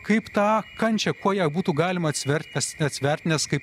kaip tą kančią kuo ją būtų galima atsvert atsverti nes kaip